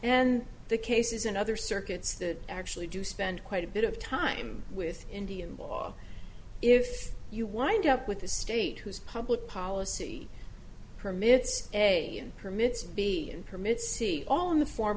and the cases in other circuits that actually do spend quite a bit of time with indian law if you wind up with a state whose public policy permits a permits b and permits c all in the form